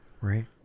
Right